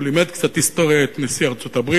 הוא לימד קצת היסטוריה את נשיא ארצות-הברית,